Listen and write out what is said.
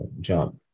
job